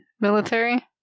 military